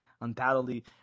undoubtedly